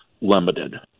limited